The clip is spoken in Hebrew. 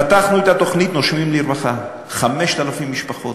פתחנו את התוכנית "נושמים לרווחה", 5,000 משפחות.